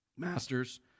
Masters